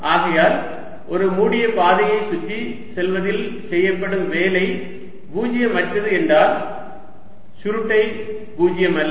ஆகையால் ஒரு மூடிய பாதையைச் சுற்றி செல்வதில் செய்யப்படும் வேலை பூஜ்ஜியமற்றது என்றால் சுருட்டை பூஜ்ஜியமல்ல